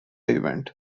event